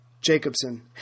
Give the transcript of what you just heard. Jacobson